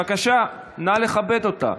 בבקשה, נא לכבד אותה.